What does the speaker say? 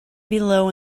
below